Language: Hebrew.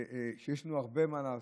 שיש לנו הרבה מה לעשות.